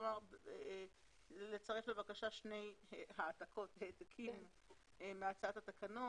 לצרף לבקשה שני העתקים מהצעת התקנות,